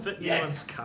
Yes